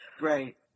right